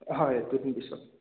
হয় দুদিন পিছত